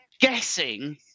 guessing